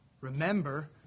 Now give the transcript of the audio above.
Remember